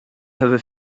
never